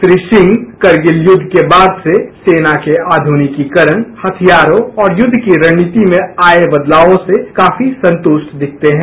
श्री सिंह करगिल युद्ध के बाद से सेना के आध्यनिकीकरण हथियारों और युद्ध की रणनीति में आये बदलावों से काफी संतृष्ट दिखते हैं